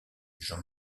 jean